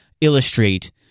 illustrate